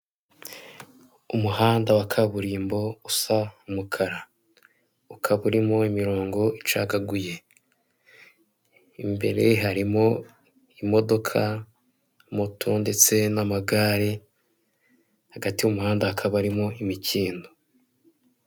Umuhanda wa kaburimbo usa umukara ukaba urimo imirongo icagaguye, imbere harimo imodoka, moto ndetse n'amagare, hagati y'umuhanda hakaba harimo imikindo.